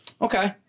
Okay